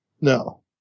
No